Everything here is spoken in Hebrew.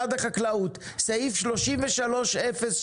שר החקלאות ופיתוח הכפר עודד פורר: לא, לא.